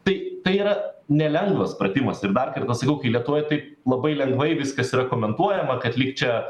tai tai yra nelengvas pratimas ir dar kartą sakau kai lietuvoje tai labai lengvai viskas yra komentuojama kad lyg čia